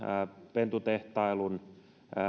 pentutehtailun ja